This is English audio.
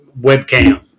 webcam